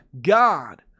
God